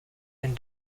and